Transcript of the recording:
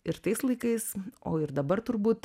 ir tais laikais o ir dabar turbūt